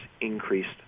increased